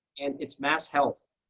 and it's masshealth.